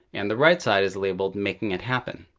and the right side is labeled making it happen.